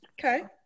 Okay